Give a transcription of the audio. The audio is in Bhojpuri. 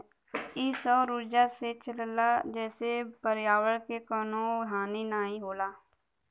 इ सौर उर्जा से चलला जेसे पर्यावरण के कउनो हानि नाही होला